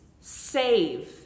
save